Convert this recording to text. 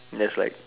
that's like